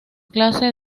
clase